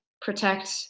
protect